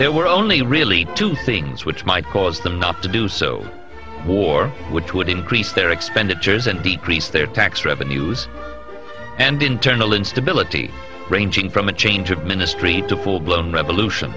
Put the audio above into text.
there were only really two things which might cause them not to do so war which would increase their expenditures and decrease their tax revenues and internal instability ranging from a change of ministry to full blown revolution